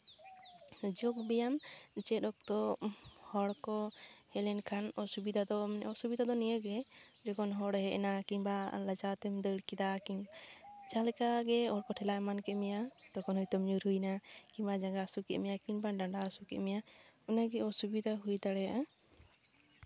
ᱡᱳᱜᱽ ᱵᱮᱭᱟᱢ ᱪᱮᱫ ᱚᱠᱛᱚ ᱦᱚᱲᱠᱚ ᱦᱮᱡ ᱞᱮᱱᱠᱷᱟᱱ ᱚᱥᱩᱵᱤᱫᱟ ᱚᱥᱩᱵᱤᱫᱟ ᱚᱥᱩᱵᱤᱫᱟ ᱫᱚ ᱱᱤᱭᱟᱹ ᱜᱮ ᱡᱚᱠᱷᱚᱱ ᱦᱚᱲᱮ ᱦᱮᱡ ᱱᱟ ᱠᱤᱝᱵᱟ ᱞᱟᱡᱟᱣ ᱛᱮᱢ ᱫᱟᱹᱲ ᱠᱮᱫᱟ ᱠᱝᱵᱟ ᱡᱟᱦᱟᱸ ᱞᱮᱠᱟ ᱜᱮ ᱦᱚᱲ ᱠᱚ ᱴᱷᱮᱞᱟᱣ ᱮᱢᱟᱱ ᱠᱮᱫ ᱢᱮᱭᱟ ᱛᱚᱠᱷᱚᱱ ᱦᱳᱭᱛᱳᱢ ᱧᱩᱨᱩᱭᱱᱟ ᱠᱤᱝᱵᱟ ᱡᱟᱸᱜᱟ ᱦᱟᱹᱥᱩ ᱠᱚᱫ ᱢᱮᱭᱟ ᱠᱤᱝᱵᱟ ᱰᱟᱸᱰᱟ ᱦᱟᱹᱥᱩ ᱠᱮᱫ ᱢᱮᱭᱟ ᱚᱱᱟᱜᱮ ᱚᱥᱩᱵᱤᱫᱟ ᱦᱩᱭ ᱫᱟᱲᱭᱟᱜᱼᱟ